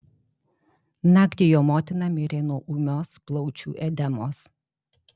naktį jo motina mirė nuo ūmios plaučių edemos